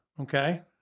Okay